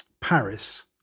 Paris